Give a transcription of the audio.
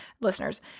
listeners